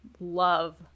love